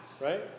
right